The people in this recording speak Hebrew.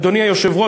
אדוני היושב-ראש,